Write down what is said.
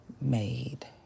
made